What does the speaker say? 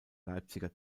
leipziger